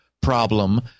problem